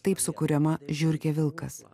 taip sukuriama žiurkė vilkas